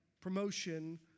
promotion